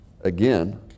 again